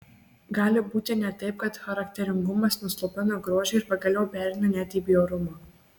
gali būti net taip kad charakteringumas nuslopina grožį ir pagaliau pereina net į bjaurumą